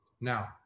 Now